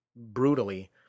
brutally